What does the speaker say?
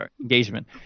engagement